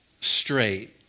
straight